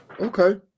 Okay